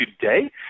today